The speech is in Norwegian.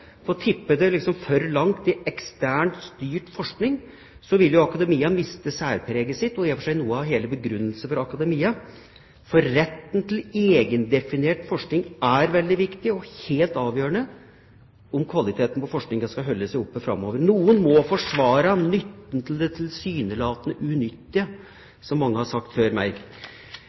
for tipper det for langt i eksternt styrt forskning, vil akademia miste særpreget sitt og i og for seg noe av sin begrunnelse. Retten til egendefinert forskning er veldig viktig og helt avgjørende for at kvaliteten på forskninga skal holde seg oppe framover. Noen må forsvare nytten av det tilsynelatende unyttige, som mange har sagt før meg,